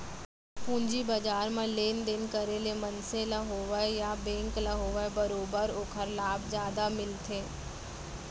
पूंजी बजार म लेन देन करे ले मनसे ल होवय या बेंक ल होवय बरोबर ओखर लाभ जादा मिलथे